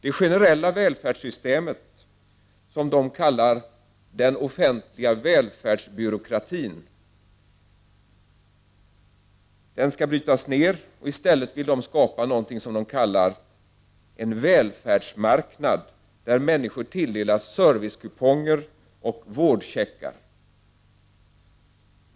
Det generella välfärdssystemet, som de kallar ”den offentliga välfärdsbyråkratin”, vill de bryta ned. I stället vill de skapa något som de kallar en ”välfärdsmarknad”, där människor tilldelas servicekuponger och vårdcheckar.